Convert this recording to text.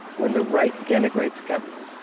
when the right denigrates government